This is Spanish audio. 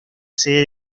sede